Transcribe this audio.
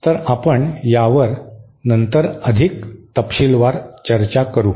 तर आपण यावर नंतर अधिक तपशीलवार चर्चा करू